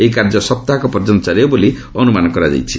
ଏହି କାର୍ଯ୍ୟ ସପ୍ତାହକ ପର୍ଯ୍ୟନ୍ତ ଚାଲିବ ବୋଲି ଅନୁମାନ କରାଯାଇଛି